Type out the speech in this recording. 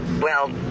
Well